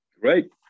Great